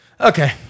Okay